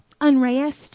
unrest